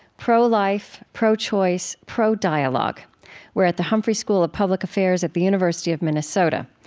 pro-life, pro-choice, pro-dialogue. we're at the humphrey school of public affairs at the university of minnesota.